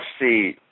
see